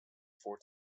four